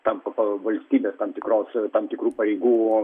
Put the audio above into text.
tampa valstybės tam tikros tam tikrų pareigų